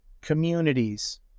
Communities